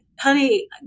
honey